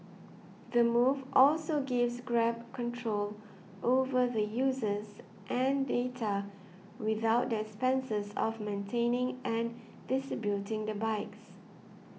the move also gives Grab control over the users and data without the expenses of maintaining and distributing the bikes